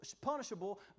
punishable